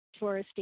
touristy